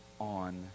on